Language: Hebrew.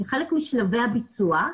כחלק משלבי הביצוע,